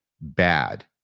bad